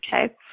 okay